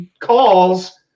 calls